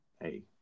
Hey